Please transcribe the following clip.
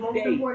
day